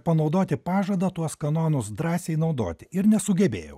panaudoti pažadą tuos kanonus drąsiai naudoti ir nesugebėjau